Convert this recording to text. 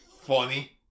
funny